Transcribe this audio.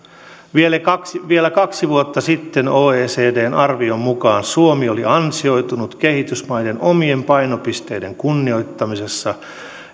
vielä kaksi vielä kaksi vuotta sitten oecdn arvion mukaan suomi oli ansioitunut kehitysmaiden omien painopisteiden kunnioittamisessa